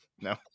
No